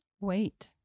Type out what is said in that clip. Wait